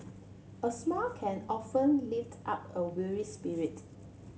a smile can often lift up a weary spirit